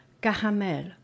Caramel